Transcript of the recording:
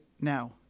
now